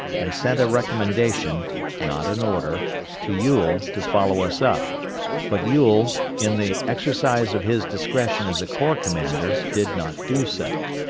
and sent a recommendation not an order to ewell to follow us up but ewell, in the exercise of his discretion as a corps commander, did not do so.